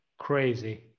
crazy